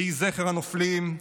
יהי זכר הנופלים,